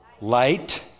light